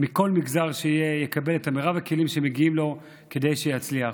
מכל מגזר שיהיה יקבל את מרב הכלים שמגיעים לו כדי שיצליח.